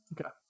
okay